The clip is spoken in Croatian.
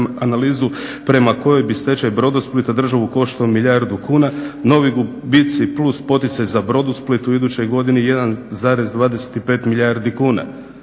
analizu prema kojoj bi stečaj Brodosplita državu koštao milijardu kuna, novi gubici plus poticaj za Brodosplit u idućoj godini 1,25 milijardi kuna,